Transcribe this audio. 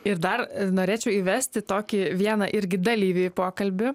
ir dar norėčiau įvesti tokį vieną irgi dalyvį į pokalbį